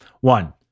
One